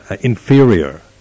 inferior